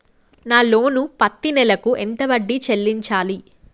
నా లోను పత్తి నెల కు ఎంత వడ్డీ చెల్లించాలి?